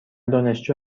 دانشجو